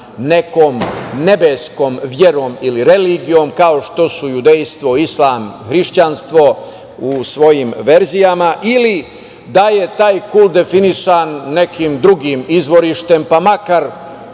nekom nebeskom verom ili religijom kao što judejstvo, islam, hrišćanstvo u svojim verzijama ili da je taj kult definisan nekim drugim izvorištem, pa makar